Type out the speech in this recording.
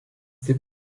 taip